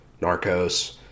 Narcos